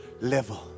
level